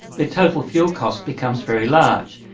their total fuel cost becomes very large.